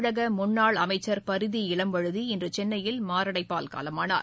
தமிழக முன்னாள் அமைச்சர் பரிதி இளம்வழுதி இன்று சென்னையில் மாரடைப்பால் காலமானார்